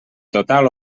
total